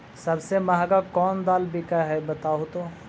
सबसे महंगा कोन दाल बिक है बताहु तो?